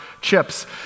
Chips